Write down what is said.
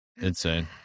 insane